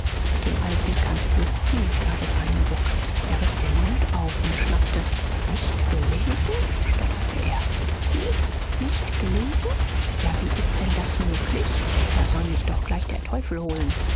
dem alten kanzlisten gab es einen ruck er riß den mund auf und schnappte nicht gelesen stotterte er sie nicht gelesen ja wie ist denn das möglich da soll mich doch gleich der teufel holen